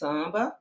Samba